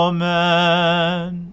Amen